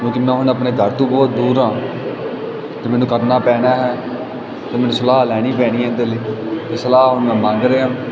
ਕਿਉਂਕਿ ਮੈਂ ਹੁਣ ਆਪਣੇ ਘਰ ਤੋਂ ਬਹੁਤ ਦੂਰ ਹਾਂ ਅਤੇ ਮੈਨੂੰ ਕਰਨਾ ਪੈਣਾ ਹੈ ਅਤੇ ਮੈਨੂੰ ਸਲਾਹ ਲੈਣੀ ਪੈਣੀ ਇਹਦੇ ਲਈ ਅਤੇ ਸਲਾਹ ਹੁਣ ਮੈਂ ਮੰਗ ਰਿਹਾ